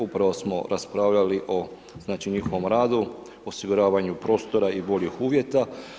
Upravo smo raspravljali o znači njihovom radu, osiguravanju prostora i boljih uvjeta.